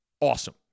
awesome